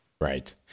Right